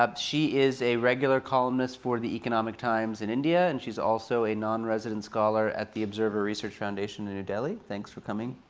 ah she is a regular columnist for the economic times in india and she's also a non-resident scholar at the observer research foundation in new delhi. thanks for coming,